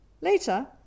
Later